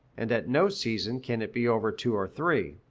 and at no season can it be over two or three.